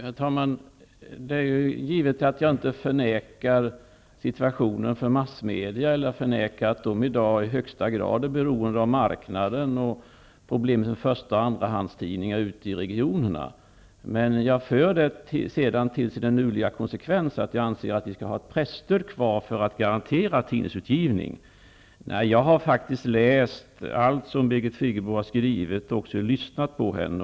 Herr talman! Det är givet att jag inte förnekar att massmedia i dag i högsta grad är beroende av marknaden och av att bli första och andrahandstidningar ute i regionerna. Men konsekvensen av det är sedan att jag anser att vi skall ha ett presstöd kvar för att garantera tidningsutgivning. Jag har faktiskt läst allt som Birgit Friggebo har skrivit i detta ämne och även lyssnat på henne.